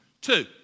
Two